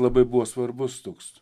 labai buvo svarbus toks